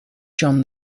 john